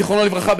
זיכרונו לברכה,